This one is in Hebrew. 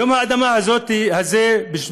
יום האדמה הזה אז,